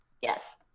Yes